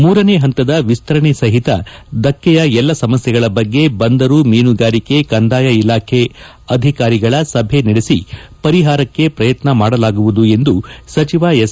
ಮೂರನೇ ಹಂತದ ವಿಸ್ತರಣೆ ಸಹಿತ ದಕ್ಷೆಯ ಎಲ್ಲ ಸಮಸ್ಥೆಗಳ ಬಗ್ಗೆ ಬಂದರು ಮೀನುಗಾರಿಕೆ ಕಂದಾಯ ಇಲಾಖೆ ಅಧಿಕಾರಿಗಳ ಸಭೆ ನಡೆಸಿ ಪರಿಹಾರಕ್ಷೆ ಪ್ರಯತ್ನ ಮಾಡಲಾಗುವುದು ಎಂದು ಸಚಿವ ಎಸ್